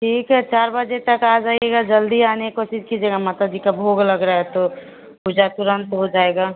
ठीक है चार बजे तक आ जाइएगा जल्दी आने कोशिश कीजिएगा माता जी का भोग लग रहा है तो पूजा तुरंत हो जाएगा